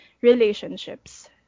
relationships